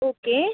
okay